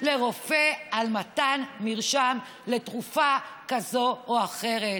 על מתן מרשם לתרופה כזאת או אחרת.